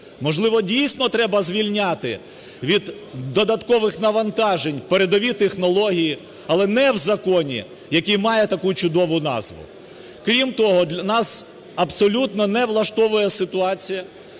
Можливо, дійсно, треба звільняти від додаткових навантажень передові технології, але не в законі, який має таку чудову назву. Крім того, нас абсолютно не влаштовує ситуація,